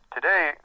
Today